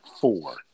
four